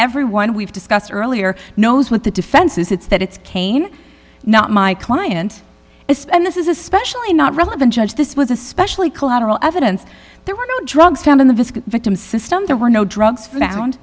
everyone we've discussed earlier knows what the defense is it's that it's kane not my client it's and this is especially not relevant judge this was especially collateral evidence there were no drugs found in the victim's system there were no drugs found